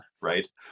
right